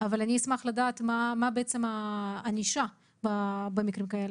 אבל אני אשמח לדעת מה הענישה במקרים כאלה.